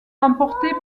remportée